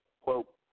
Quote